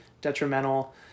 detrimental